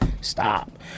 Stop